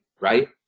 right